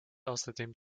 außerdem